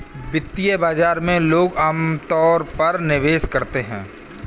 वित्तीय बाजार में लोग अमतौर पर निवेश करते हैं